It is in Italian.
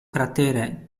cratere